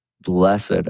Blessed